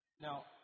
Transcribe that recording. Now